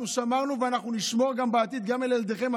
אנחנו שמרנו ואנחנו נשמור גם בעתיד גם על ילדיכם,